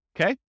Okay